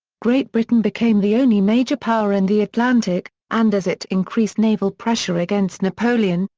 great britain became the only major power in the atlantic, and as it increased naval pressure against napoleon,